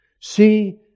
see